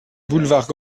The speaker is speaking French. boulevard